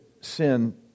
sin